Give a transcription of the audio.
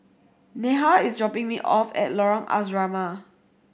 Neha is dropping me off at Lorong Asrama